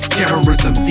terrorism